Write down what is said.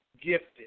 gifted